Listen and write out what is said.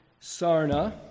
Sarna